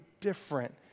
different